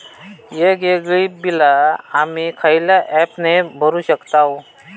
वेगवेगळी बिला आम्ही खयल्या ऍपने भरू शकताव?